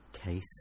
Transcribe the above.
case